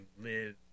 live